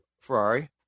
Ferrari